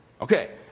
Okay